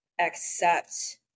accept